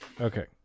Okay